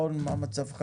רון, מה מצבך?